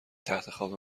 تختخواب